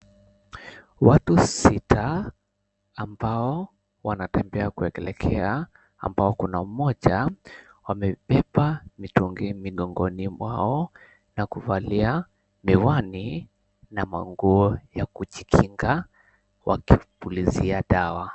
Watu sita ambao wanatembea kuelekea ambao kuna mmoja amebeba mitungi migongoni mwao, na kuvalia miwani na manguo ya kujikinga, wakipulizia dawa.